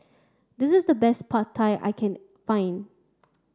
this is the best Pad Thai I can find